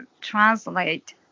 translate